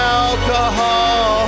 alcohol